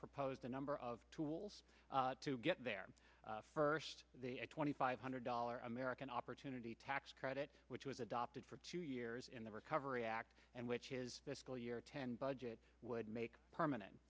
proposed number of tools to get there first the twenty five hundred dollar american opportunity tax credit which was adopted for two years in the recovery act and which is the school year ten budget would make permanent